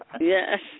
Yes